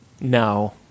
No